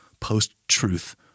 post-truth